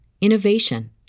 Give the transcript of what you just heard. innovation